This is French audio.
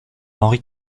henri